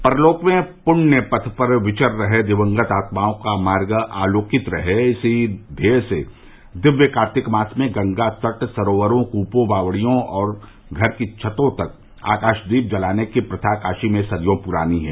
परलोक में पुण्य पथ पर विचर रहे दिवंगत आत्माओं का मार्ग आलोकित रहे इसी ध्येय से दिव्य कार्तिक मास में गंगा तट सरोवरों कूपों बावडियों और घर की छतों तक आकाशदीप जलाने की प्रथा काशी में सदियों पुरानी है